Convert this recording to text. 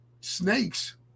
snakes